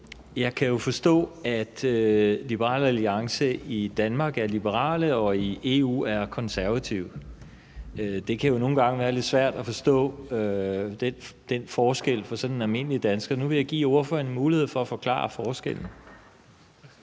Jeg kan jo forstå, at Liberal Alliance i Danmark er liberale og i EU er konservative. Det kan jo nogle gange være lidt svært at forstå den forskel for den almindelige dansker. Nu vil jeg give ordføreren en mulighed for at forklare forskellen.